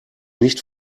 nicht